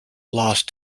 lost